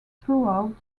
throughout